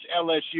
LSU